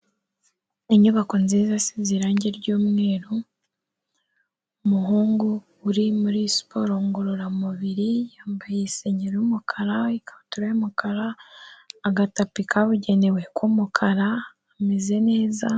Inyubako nziza isize irangi ry'umweru, umuhungu uri muri siporo ngororamubiri yambaye isengeri y'umukara, ikabutura y'umukara, agatapi kabugenewe k'umukara, ameze neza.